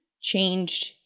changed